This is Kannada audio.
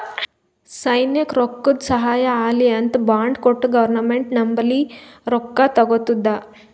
ಸೈನ್ಯಕ್ ರೊಕ್ಕಾದು ಸಹಾಯ ಆಲ್ಲಿ ಅಂತ್ ಬಾಂಡ್ ಕೊಟ್ಟು ಗೌರ್ಮೆಂಟ್ ನಂಬಲ್ಲಿ ರೊಕ್ಕಾ ತಗೊತ್ತುದ